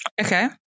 Okay